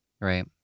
right